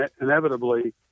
inevitably